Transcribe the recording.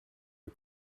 you